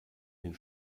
den